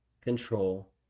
control